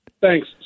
thanks